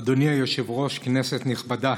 אדוני היושב-ראש, כנסת נכבדה,